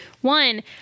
One